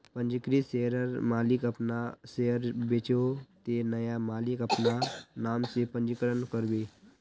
पंजीकृत शेयरर मालिक अपना शेयर बेचोह ते नया मालिक अपना नाम से पंजीकरण करबे